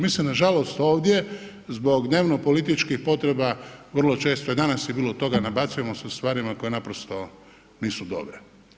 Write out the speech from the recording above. Mi se nažalost ovdje zbog dnevnopolitičkih potreba vrlo često, a danas je bilo toga, nabacujemo se stvarima koje naprosto nisu dobre.